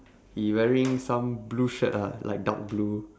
he wearing some blue shirt lah like dark blue